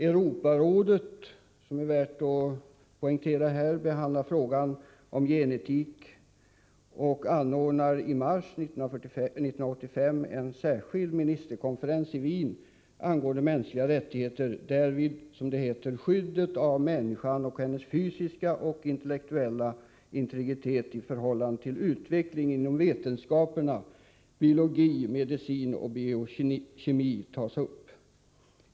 Europarådet, som det är värt att poängtera i detta sammanhang, behandlar frågan om gen-etik och anordnar i mars 1985 en särskild ministerkonferens i Wien angående mänskliga rättigheter, där — som det heter — skyddet av människan och hennes fysiska och intellektuella integritet i förhållande till utvecklingen inom vetenskaperna biologi, medicin och biokemi tas upp.